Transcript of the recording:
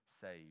saved